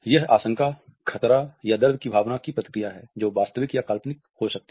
यह आशंका खतरा या दर्द की भावना की प्रतिक्रिया है जो वास्तविक या कल्पना हो सकती है